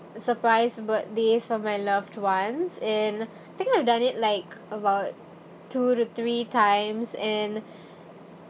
surprise birthdays for my loved ones and I think I've done it like about two to three times and